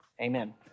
amen